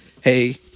hey